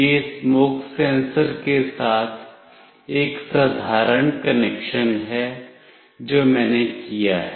यह smoke sensor के साथ एक साधारण कनेक्शन है जो मैंने किया है